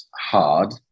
hard